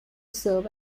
serve